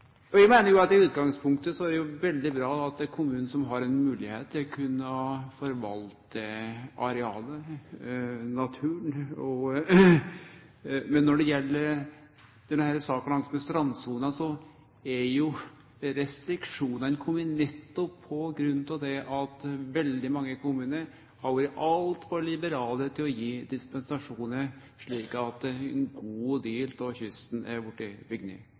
veldig bra at det er kommunane som har moglegheit til å forvalte naturen. Men når det gjeld denne saka langs strandsona, har jo restriksjonane kome nettopp fordi veldig mange kommunar har vore altfor liberale med å gi dispensasjonar, slik at ein god del av kysten